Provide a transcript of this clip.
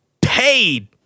paid